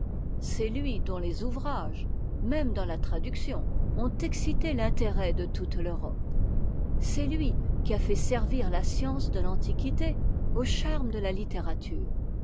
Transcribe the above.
c'est lui dont les ouvrages même dans la traduction ont excité l'intérêt de toute l'europe c'est lui qui a fait servir la science de l'antiquité au charme de la littérarature